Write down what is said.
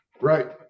right